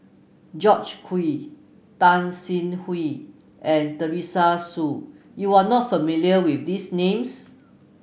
George Quek Tan Sin and Teresa Hsu you are not familiar with these names